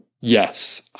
Yes